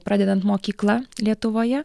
pradedant mokykla lietuvoje